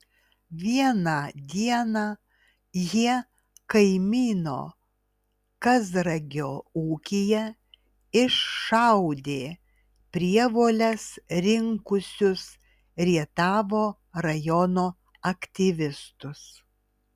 vieną dieną jie kaimyno kazragio ūkyje iššaudė prievoles rinkusius rietavo rajono aktyvistus